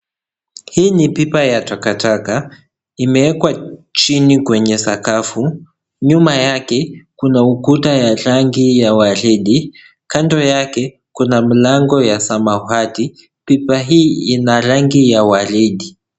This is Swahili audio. Hii ni pipa ya takataka. Imewekwa chini kwenye sakafu. Nyuma yake kuna ukuta ya rangi ya waridi. Kando yake kuna mlango ya samawati. Pipa hii ina rangi ya waridi.